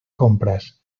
compras